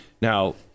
now